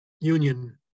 union